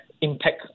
impact